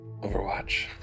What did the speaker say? Overwatch